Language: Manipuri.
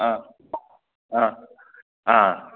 ꯑꯥ ꯑꯥ ꯑꯥ